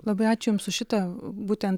labai ačiū jums už šitą būtent